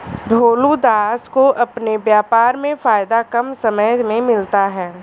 भोलू दास को अपने व्यापार में फायदा कम समय में मिलता है